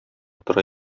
тора